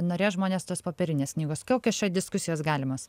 norėjo žmonės tos popierinės knygos kokios čia diskusijos galimos